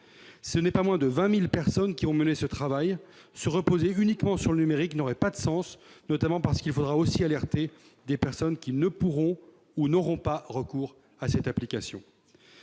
Corée, pas moins de 20 000 personnes ont mené ce travail. Se reposer uniquement sur le numérique n'aurait pas de sens, notamment parce qu'il faudra aussi alerter des personnes qui n'auront pas recours à cette application